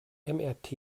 mrt